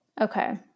Okay